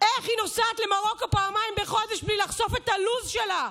איך היא נוסעת למרוקו פעמיים בחודש בלי לחשוף את הלו"ז שלה,